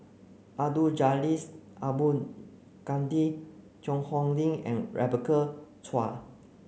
Abdul Jalil Abdul Kadir Cheang Hong Lim and Rebecca Chua